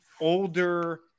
older